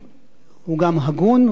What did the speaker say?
הוא גם הגון והוגן,